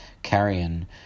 carrion